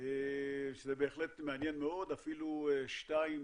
שזה בהחלט מעניין מאוד, אפילו שתיים